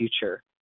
future